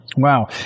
Wow